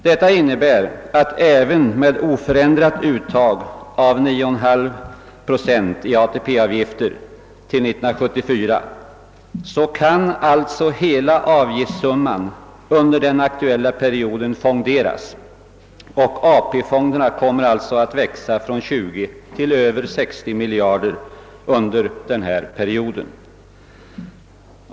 Detta innebär att även med oförändrat uttag om 9,5 procent i ATP-avgifter till 1974 kan hela avgiftssumman under den aktueHa perioden fonderas, och AP fonderna kommer alltså att växa från 20 till över 60 miljarder under perioden.